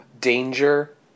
danger